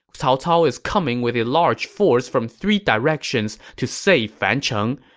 cao cao is coming with a large force from three directions to save fancheng.